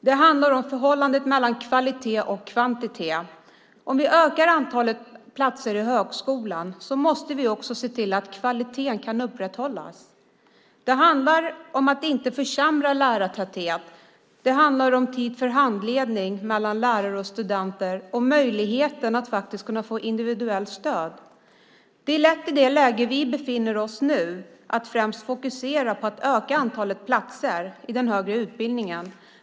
Det handlar om förhållandet mellan kvalitet och kvantitet. Om vi ökar antalet platser i högskolan måste vi också se till att kvaliteten kan upprätthållas. Det handlar om att inte försämra lärartätheten. Det handlar om tid för handledning mellan lärare och studenter och om möjligheten till individuellt stöd. Det är lätt i det läge vi befinner oss i nu att främst fokusera på att öka antalet platser i den högre utbildningen.